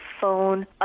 phone